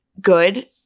good